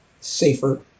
safer